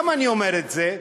למה אני אומר את זה?